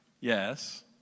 yes